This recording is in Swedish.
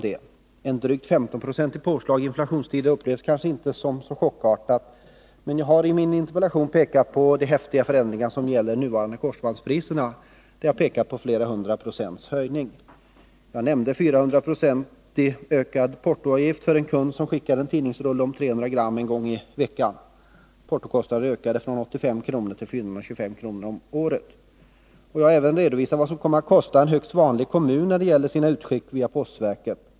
Ett drygt 15-procentigt påslag i inflationstider upplevs kanske inte som så chockartat, men jag har ändå i min interpellation pekat på de häftiga förändringarna när det gäller nuvarande korsbandspriser, som innebär en höjning med flera hundra procent. Jag nämnde också en 400-procentigt ökad portoavgift för den kund som skickar en tidningsrulle om 300 gram en gång i veckan. Portokostnaden ökar då från 85 kr. till 425 kr. om året. Jag har även redovisat vad det kommer att kosta en högst vanlig kommun att göra utskick via postverket.